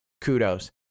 kudos